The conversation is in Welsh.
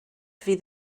fydd